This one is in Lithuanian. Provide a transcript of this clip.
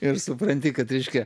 ir supranti kad reiškia